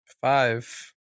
Five